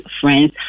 friends